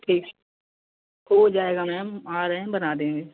ठीक हो जाएगा मैम आ रहें हैं बना देंगे